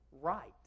right